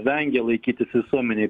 vengia laikytis visuomenėj